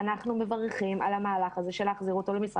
האם הם יועברו לסוג